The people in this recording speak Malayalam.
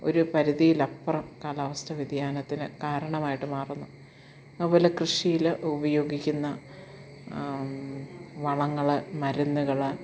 ഒരു പരിധിയിലപ്പുറം കാലാവസ്ഥ വ്യതിയാനത്തിനു കരണമായിട്ടു മാറുന്നു അതുപോലെ കൃഷിയിൽ ഉപയോഗിക്കുന്ന വളങ്ങൾ മരുന്നുകൾ